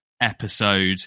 episode